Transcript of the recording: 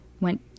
went